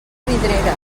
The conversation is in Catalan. vidreres